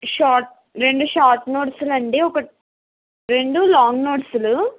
short రెండు short నోట్స్లు అండి ఒకటి రెండు లాంగ్ నోట్స్లు